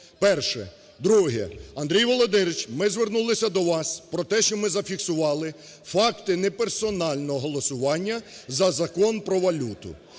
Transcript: Перше. Друге. Андрій Володимирович, ми звернулися до вас про те, що ми зафіксували факти не персонального голосування за Закон про валюту